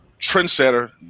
trendsetter